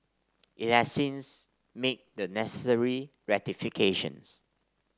it has since made the necessary rectifications